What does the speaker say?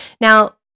Now